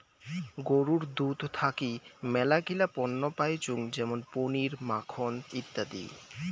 গরুর দুধ থাকি মেলাগিলা পণ্য পাইচুঙ যেমন পনির, মাখন ইত্যাদি